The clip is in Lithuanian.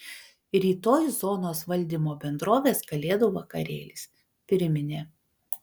rytoj zonos valdymo bendrovės kalėdų vakarėlis priminė